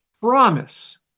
promise